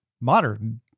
modern